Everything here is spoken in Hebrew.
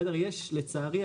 לצערי,